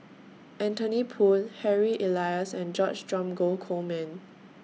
Anthony Poon Harry Elias and George Dromgold Coleman